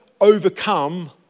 overcome